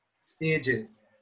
stages